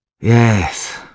Yes